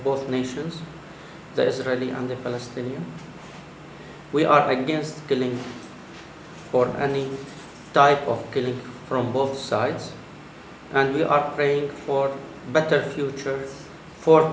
both nations the israeli and palestinian we are against killing or any type of killing from both sides and we are praying for better future for